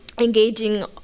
engaging